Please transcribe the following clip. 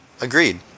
Agreed